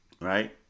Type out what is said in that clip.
Right